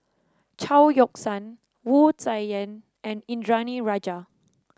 Chao Yoke San Wu Tsai Yen and Indranee Rajah